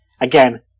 again